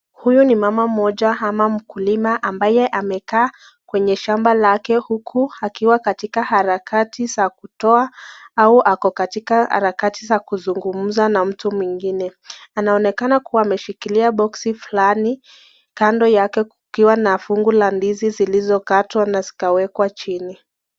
Huyu ni mama mmoja ama mkulima ambaye amekaa kwenye shamba lake huku akiwa katika harakati za kutoa au ako katika harakati za kuzungumza na mtu mwingine. Anaonekana kua ameshikilia [box]fulani kando yake kukiwa na fungu la ndizi zilizokatwa na zikawekwa chini